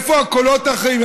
איפה הקולות האחרים?